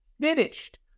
finished